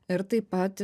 ir taip pat